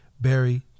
Barry